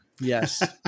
Yes